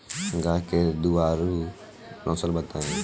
गाय के दुधारू नसल बताई?